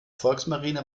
volksmarine